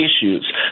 Issues